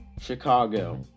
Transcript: Chicago